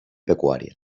pecuària